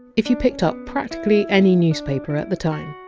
if you picked up practically any newspaper at the time,